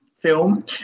film